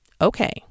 okay